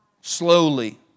Slowly